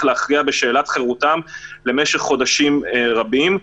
להכריע בשאלת חירותם למשך חודשים רבים.